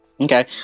Okay